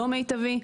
לא מיטבי.